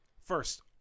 First